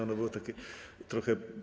Ono było takie trochę.